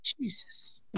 Jesus